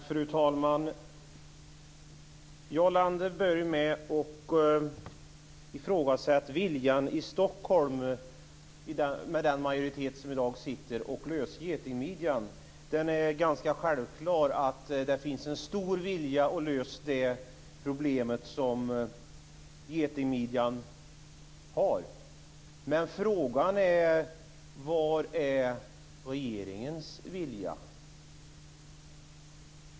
Fru talman! Jarl Lander börjar med att ifrågasätta viljan hos den majoritet i Stockholm som i dag har att lösa frågan om getingmidjan. Det är ganska självklart att man har en stor vilja att lösa problemet med getingmidjan, men frågan är vilken vilja regeringen har.